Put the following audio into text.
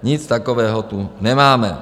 Nic takového tu nemáme.